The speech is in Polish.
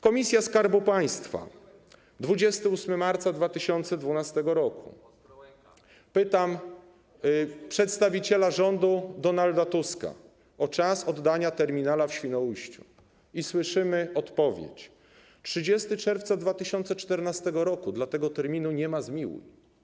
Komisja Skarbu Państwa, 28 marca 2012 r., pytam przedstawiciela rządu Donalda Tuska o czas oddania terminala w Świnoujściu i słyszymy odpowiedź: 30 czerwca 2014 r., dla tego terminu nie ma zmiłuj.